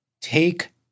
take